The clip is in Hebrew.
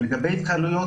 לגבי התקהלויות,